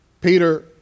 Peter